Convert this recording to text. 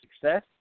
success